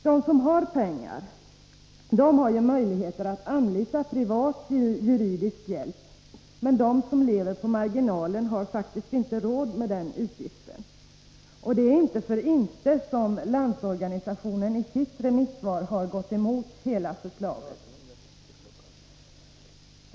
De som har pengar har alltid möjligheter att anlita privat juridisk hjälp, men de som lever på marginalen har faktiskt inte råd med den utgiften. Det är alltså inte för inte som Landsorganisationen i sitt remissvar har gått emot hela förslaget.